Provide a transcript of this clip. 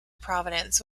province